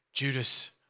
Judas